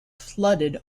flooded